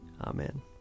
Amen